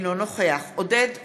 אינו נוכח עודד פורר,